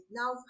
now